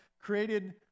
created